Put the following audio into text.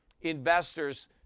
investors